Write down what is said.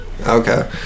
Okay